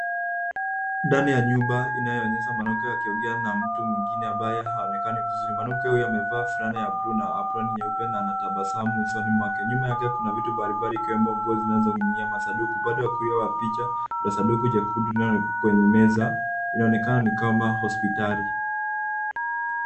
Ndani ya nyumba inayoonyesha mwanamke akiongea na mtu mwingine ambaye haonekani vizuri. Mwanamke huyo amevaa fulana ya bluu na aproni nyeupe na anatabasamu usoni mwake. Nyuma yake, kuna vitu mbalimbali ikiwemo nguo zinazoning'inia masanduku. Upande wa kulia wa picha, kuna sanduku jenkundu inayo- kwenye meza. Inaonekana ni kama hospitali.